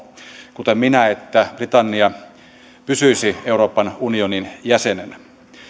kuten minä että britannia pysyisi euroopan unionin jäsenenä